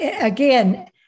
again